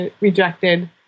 rejected